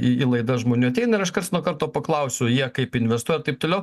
į į laidas žmonių ateina ir aš karts nuo karto paklausiu jie kaip investuoja taip toliau